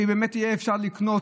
שבאמת יהיה אפשר לקנות,